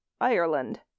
Ireland